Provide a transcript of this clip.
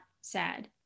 sad